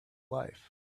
life